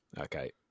Okay